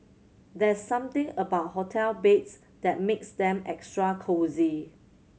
there's something about hotel beds that makes them extra cosy